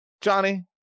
johnny